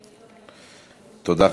תודה.